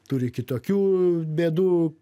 turi kitokių bėdų